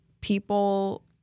people